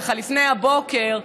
לפני הבוקר,